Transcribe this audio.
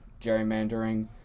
gerrymandering